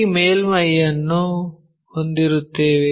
ಈ ಮೇಲ್ಮೈಯನ್ನು ಹೊಂದಿರುತ್ತೇವೆ